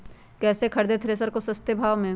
कैसे खरीदे थ्रेसर को सस्ते भाव में?